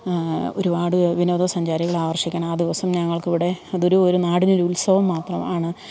ഒരുപാട് വിനോദസഞ്ചാരികൾ ആകർഷിക്കാൻ ആ ദിവസം ഞങ്ങൾക്കിവിടെ അതൊരു ഒരു നാടിനൊരുത്സവം മാത്രം ആണ്